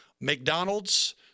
mcdonald's